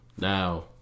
Now